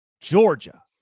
Georgia